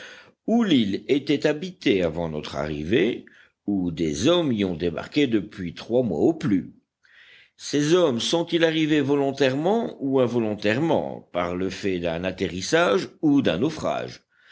ou l'île était habitée avant notre arrivée ou des hommes y ont débarqué depuis trois mois au plus ces hommes sont-ils arrivés volontairement ou involontairement par le fait d'un atterrissage ou d'un naufrage